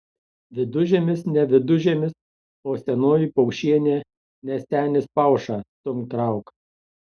vidužiemis ne vidužiemis o senoji paušienė ne senis pauša stumk trauk